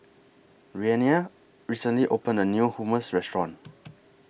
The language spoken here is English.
Renea recently opened A New Hummus Restaurant